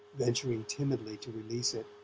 venturing timidly to release it,